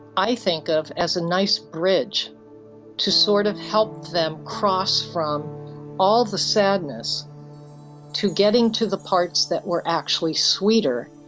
i think of it as a nice bridge to sort of help them cross from all the sadness to getting to the parts that were actually sweeter.